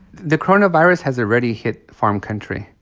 the coronavirus has already hit farm country.